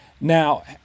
Now